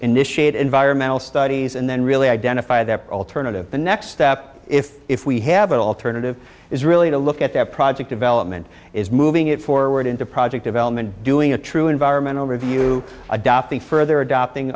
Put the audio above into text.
initiate environmental studies and then really identify that alternative the next step if if we have an alternative is really to look at that project development is moving it forward into project development doing a true environmental review adopting further adopting